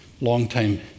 longtime